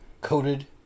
coated